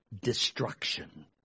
destruction